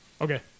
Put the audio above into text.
Okay